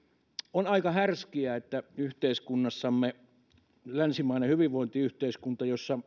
on aika härskiä että yhteiskunnassamme länsimaisessa hyvinvointiyhteiskunnassa jossa